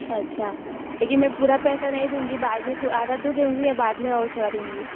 अच्छा लेकिन में पूरा पैसा नही दूँगी बाद में तो आधा तो जरूरी है बाद में और थोड़ा दूँगी